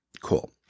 cool